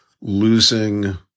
losing